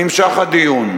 נמשך הדיון.